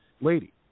Lady